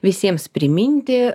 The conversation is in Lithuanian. visiems priminti